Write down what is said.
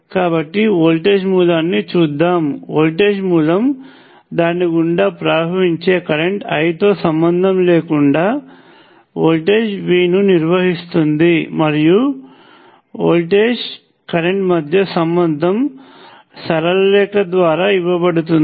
కాబట్టి వోల్టేజ్ మూలాన్ని చూద్దాం వోల్టేజ్ మూలం దాని గుండా ప్రవహించే కరెంట్ I తో సంబంధం లేకుండా వోల్టేజ్ V ను నిర్వహిస్తుంది మరియు వోల్టేజ్ కరెంట్ మధ్య సంబంధం సరళ రేఖ ద్వారా ఇవ్వబడుతుంది